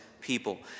people